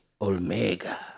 Omega